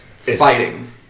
fighting